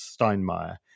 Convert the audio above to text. Steinmeier